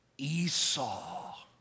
Esau